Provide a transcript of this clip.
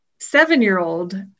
seven-year-old